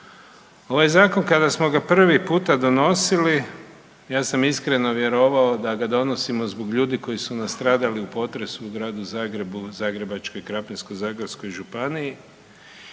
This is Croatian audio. Ovaj zakon kada smo ga prvi puta donosili ja sam iskreno vjerovao da ga donosimo zbog ljudi koji su nastradali u potrebu u Gradu Zagrebu, Zagrebačkoj, Krapinsko-zagorskog županiji